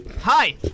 hi